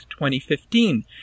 2015